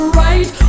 right